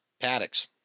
paddocks